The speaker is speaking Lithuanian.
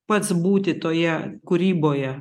pats būti toje kūryboje